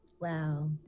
Wow